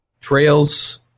Trails